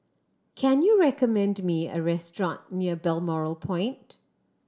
can you recommend me a restaurant near Balmoral Point